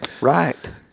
Right